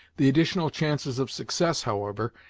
the additional chances of success, however,